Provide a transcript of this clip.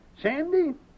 Sandy